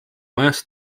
majas